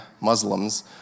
Muslims